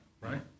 right